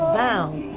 bound